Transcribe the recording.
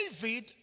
David